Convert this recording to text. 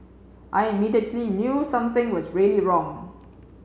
I immediately knew something was really wrong